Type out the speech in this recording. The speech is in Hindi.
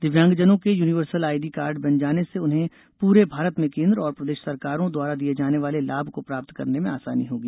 दिव्यांगजनों के यूनिसर्वल आईडी कार्ड बन जाने से उन्हें पूरे भारत में केन्द्र और प्रदेश सरकारों द्वारा दिये जाने वाले लाभ को प्राप्त करने में आसानी होगी